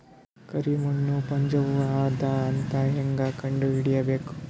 ಕರಿಮಣ್ಣು ಉಪಜಾವು ಅದ ಅಂತ ಹೇಂಗ ಕಂಡುಹಿಡಿಬೇಕು?